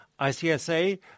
ICSA